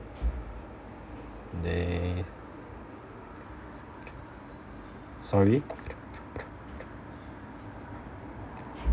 they sorry